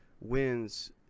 wins